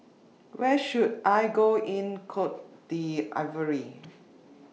Where should I Go in Cote D'Ivoire